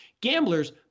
Gamblers